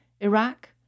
Iraq